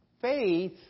faith